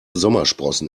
sommersprossen